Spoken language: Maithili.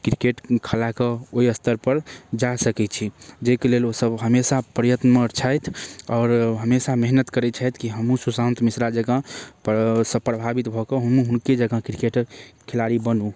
किरकेट खेलाइके ओहि स्तरपर जा सकै छी जाहिके लेल ओसभ हमेशा प्रयत्नमे छथि आओर हमेशा मेहनति करै छथि कि हमहूँ सुशांत मिश्राजकाँ परसँ प्रभावित भऽ कऽ हमहूँ हुनकेजकाँ किरकेट खेलाड़ी बनू